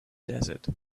desert